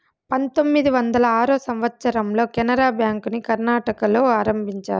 పంతొమ్మిది వందల ఆరో సంవచ్చరంలో కెనరా బ్యాంకుని కర్ణాటకలో ఆరంభించారు